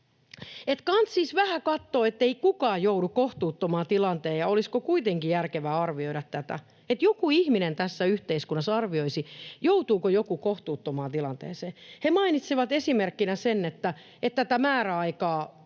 kantsisi vähän katsoa, ettei kukaan joudu kohtuuttomaan tilanteeseen, ja olisiko kuitenkin järkevää arvioida tätä — että joku ihminen tässä yhteiskunnassa arvioisi, joutuuko joku kohtuuttomaan tilanteeseen. He mainitsevat esimerkkinä sen, että tätä määräaikaa